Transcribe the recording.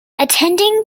attending